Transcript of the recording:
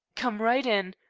come right in.